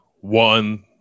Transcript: one